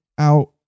out